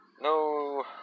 No